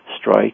strike